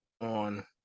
on